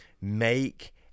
make